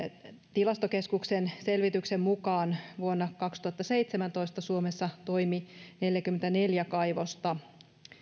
tilastokeskuksen selvityksen mukaan vuonna kaksituhattaseitsemäntoista suomessa toimi neljäkymmentäneljä kaivosta